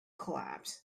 collapse